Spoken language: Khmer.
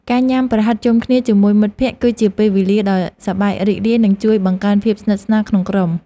ការញ៉ាំប្រហិតជុំគ្នាជាមួយមិត្តភក្តិគឺជាពេលវេលាដ៏សប្បាយរីករាយនិងជួយបង្កើនភាពស្និទ្ធស្នាលក្នុងក្រុម។